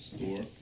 Store